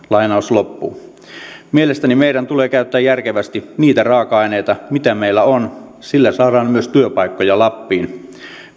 mielestäni meidän tulee käyttää järkevästi niitä raaka aineita mitä meillä on sillä saadaan myös työpaikkoja lappiin